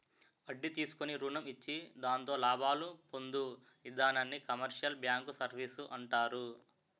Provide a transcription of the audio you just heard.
వడ్డీ తీసుకుని రుణం ఇచ్చి దాంతో లాభాలు పొందు ఇధానాన్ని కమర్షియల్ బ్యాంకు సర్వీసు అంటారు